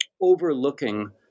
overlooking